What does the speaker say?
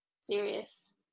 serious